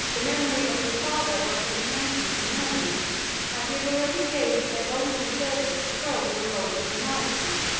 the memory of his father might recommend him to the normans and he had already engaged their voluntary service to quell the revolt of maniaces,